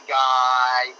guy